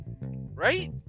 right